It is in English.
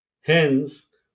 Hence